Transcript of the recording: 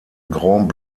grand